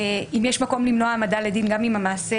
אם יש מקום למנוע העמדה לדין גם אם המעשה